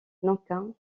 nankin